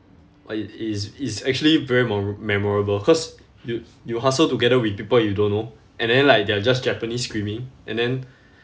uh i~ it's it's actually very memo~ memorable because you you hustle together with people you don't know and then like there are just japanese screaming and then